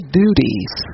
duties